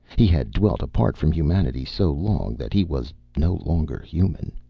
he had dwelt apart from humanity so long that he was no longer human.